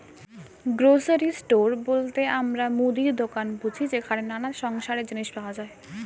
grocery store বলতে আমরা মুদির দোকান বুঝি যেখানে নানা সংসারের জিনিস পাওয়া যায়